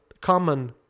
common